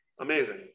Amazing